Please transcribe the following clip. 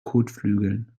kotflügeln